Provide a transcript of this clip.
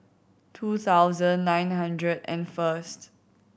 two thousand nine hundred and first